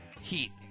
heat